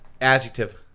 Adjective